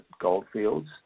Goldfields